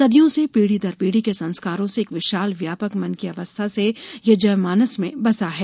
सदियों से पीढ़ी दर पीढ़ी के संस्कारों से एक विशाल व्यापक मन की अवस्था से यह जयनमानस में बसा है